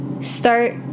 start